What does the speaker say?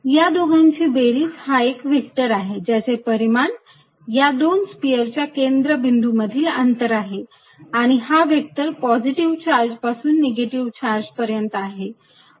या दोघांची बेरीज हा एक व्हेक्टर आहे ज्याचे परिमान या दोन स्पियरच्या केंद्रबिंदू मधील अंतर आहे आणि हा व्हेक्टर पॉझिटिव्ह चार्ज पासून निगेटिव्ह चार्ज पर्यंत आहे